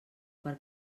per